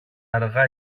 αργά